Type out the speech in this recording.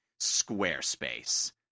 Squarespace